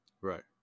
Right